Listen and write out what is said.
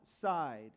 side